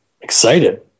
excited